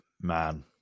man